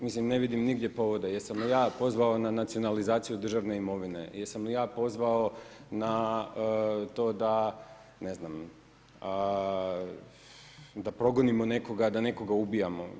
Mislim ne vidim nigdje povoda, jesam li ja pozvao na nacionalizaciju državne imovine, jesam li ja pozvao na to da, ne znam da progonimo nekoga, da nekoga ubijamo.